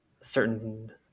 certain